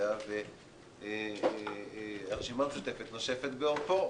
שקובע והרשימה המשותפת נושפת בעורפו.